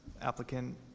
applicant